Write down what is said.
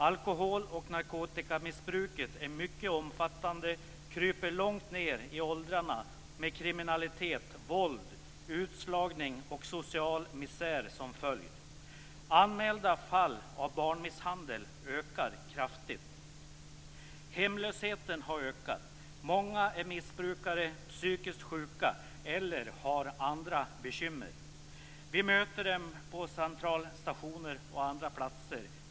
Alkohol och narkotikamissbruket är mycket omfattande. Det kryper långt ned i åldrarna med kriminalitet, våld, utslagning och social misär som följd. Anmälda fall av barnmisshandel ökar kraftigt. Hemlösheten har ökat. Många är missbrukare, psykiskt sjuka eller har andra bekymmer. Vi möter dem på centralstationer och andra platser.